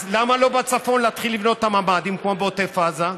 אז למה לא להתחיל לבנות בצפון את הממ"דים כמו בעוטף עזה?